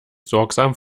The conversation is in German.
sorgsam